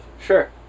sure